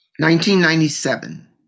1997